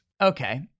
Okay